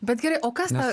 bet gerai o kas tą